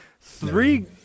Three